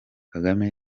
kagame